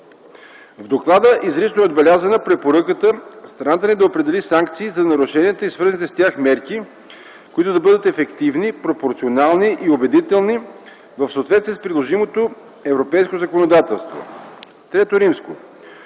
В доклада изрично е отбелязана препоръката страната ни да определи санкции за нарушенията и свързаните с тях мерки, които да бъдат ефективни, пропорционални и убедителни в съответствие с приложимото европейско законодателство. ІІІ.